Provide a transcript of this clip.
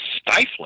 stifling